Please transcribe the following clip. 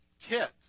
kit